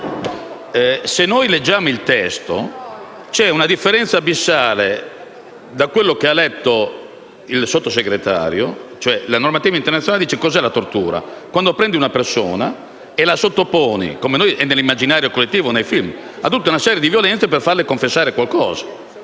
se leggiamo il testo, c'è una differenza abissale rispetto a quello che ha letto il Sottosegretario. La normativa internazionale dice cosa è la tortura: quando si prende una persona e la si sottopone - come è nell'immaginario collettivo e nei film - a tutta una serie di violenze per farle confessare qualcosa